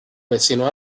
vecinos